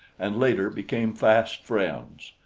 and later became fast friends.